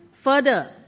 further